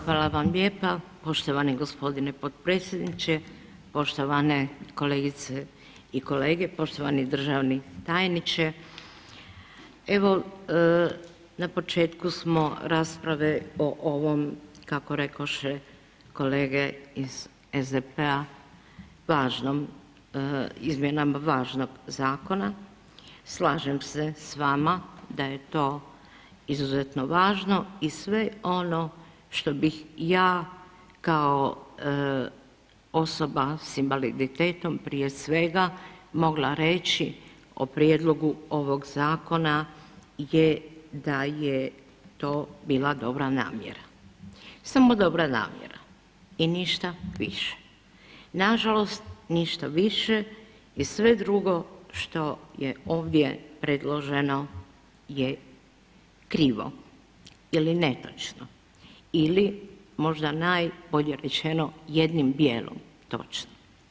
Hvala vam lijepa poštovani g. potpredsjedniče, poštovane kolegice i kolege, poštovani državni tajniče, evo na početku smo rasprave o ovom kako rekoše kolege iz SDP-a važnom, izmjenama važnog zakona, slažem se s vama da je to izuzetno važno i sve ono što bih ja kao osoba s invaliditetom prije svega mogla reći o prijedlogu ovog zakona je da je to bila dobra namjera, samo dobra namjera i ništa više, nažalost ništa više i sve drugo što je ovdje predloženo je krivo ili netočno ili možda najbolje rečeno jednim dijelom točno.